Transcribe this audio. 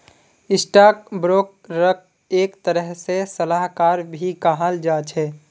stock ब्रोकरक एक तरह से सलाहकार भी कहाल जा छे